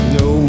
no